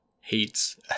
hates